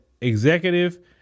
executive